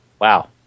Wow